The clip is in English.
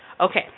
okay